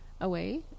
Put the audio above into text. away